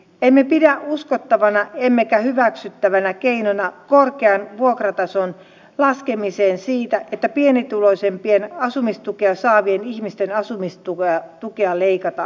emme pidä uskottavana emmekä hyväksyttävänä keinona korkean vuokratason laskemiseen sitä että pienituloisimpien asumistukea saavien ihmisten asumistukea leikataan